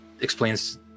explains